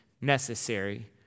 necessary